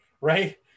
Right